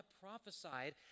prophesied